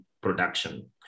production